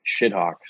Shithawks